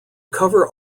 cover